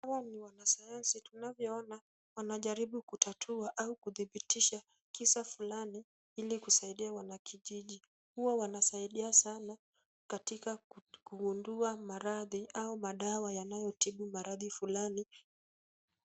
Hawa ni wanasayansi tunavyoona, wanajaribu kutatua au, thibitisha, kisa fulani ili kusaidia wanakijiji, huwa wanasaidia sana, katika kugundua maradhi au madawa yanayotibu maradhi fulani.